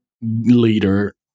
leader